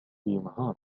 بمهارة